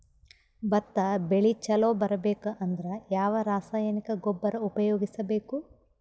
ಭತ್ತ ಬೆಳಿ ಚಲೋ ಬರಬೇಕು ಅಂದ್ರ ಯಾವ ರಾಸಾಯನಿಕ ಗೊಬ್ಬರ ಉಪಯೋಗಿಸ ಬೇಕು?